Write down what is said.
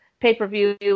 pay-per-view